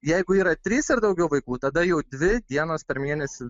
jeigu yra trys ir daugiau vaikų tada jau dvi dienos per mėnesį